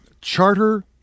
Charter